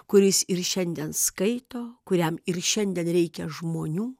kuris ir šiandien skaito kuriam ir šiandien reikia žmonių